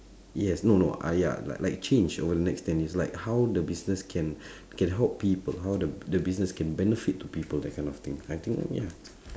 yes no no ah ya like like change over the next ten years like how the business can can help people how the the business can benefit to people that kind of thing I think ya